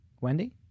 Wendy